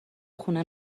خونه